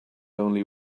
only